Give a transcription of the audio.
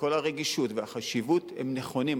וכל הרגישות והחשיבות, הם נכונים.